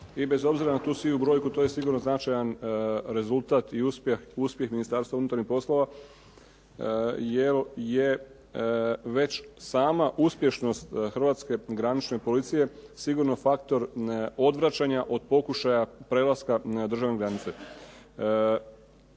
I bez obzira na tu sivu brojku to je sigurno značajan rezultat i uspjeh Ministarstva unutarnjih poslova, jer je već sama uspješnost hrvatske granične policije sigurno faktor odvraćanja od pokušaja prelaska državne granice.